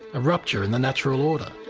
a rupture in the natural order.